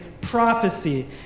prophecy